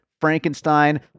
Frankenstein